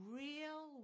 real